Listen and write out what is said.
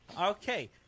Okay